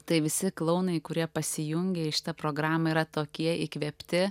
tai visi klounai kurie pasijungė į šitą programą yra tokie įkvėpti